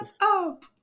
up